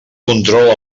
controla